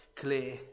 clear